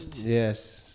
Yes